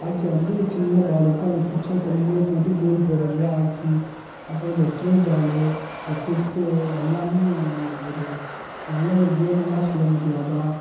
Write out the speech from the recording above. hockey வந்து சின்ன ball இருக்கும் அது குச்சில தள்ளின்னே போயிட்டு கோல் போடுறது தான் ஹாக்கி அப்புறம் இந்த த்ரோ பாலு இந்த கொக்கோ எல்லாமே ஒரு நல்ல ஒரு கேம்ன்னு தான் சொல்ல முடியும் அதெல்லாம்